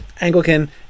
Anglican